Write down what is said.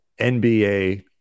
NBA